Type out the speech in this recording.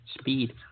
Speed